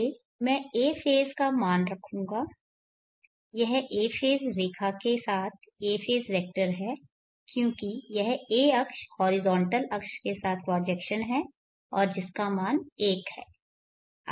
इसलिए मैं a phase मान रखूंगा यह a फेज़ रेखा के साथ a फेज़ वेक्टर है क्योंकि यह a अक्ष हॉरिजॉन्टल अक्ष के साथ प्रोजेक्शन है और जिसका मान 1 है